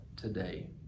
today